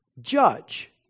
judge